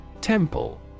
Temple